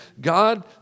God